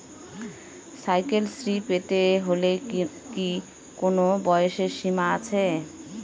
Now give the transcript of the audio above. Cycle Shri পেতে হলে কি কোনো বয়সের সীমা আছে?